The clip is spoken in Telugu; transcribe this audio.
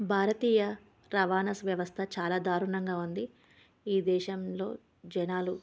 భారతీయ రవాణా వ్యవస్థ చాలా దారుణంగా ఉంది ఈ దేశంలో జనాలు